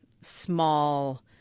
small